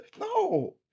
No